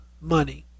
money